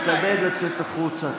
תתכבד לצאת החוצה.